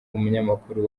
umunyamakuru